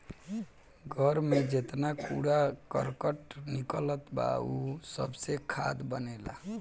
घर में जेतना कूड़ा करकट निकलत बा उ सबसे खाद बनेला